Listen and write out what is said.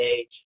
age